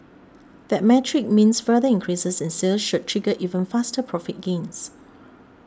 that metric means further increases in sales should trigger even faster profit gains